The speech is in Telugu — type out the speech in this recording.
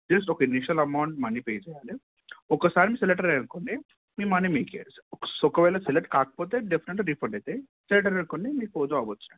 జస్ట్ ఒక ఇన్షియల్ అమౌంట్ మనీ పే చేయాలి ఒకసారి మీరు సెలెక్ట్ అయ్యారు అనునుకోండి మీ మనీ మీకు ఇస్తాం సో ఒకవేళ సెలెక్ట్ కాకపోతే డెఫినెట్గా రీఫండ్ అవుతాయి సెలెక్ట్ అయ్యారు అనునుకోండి మీకు జాబ్ వచ్చినట్టు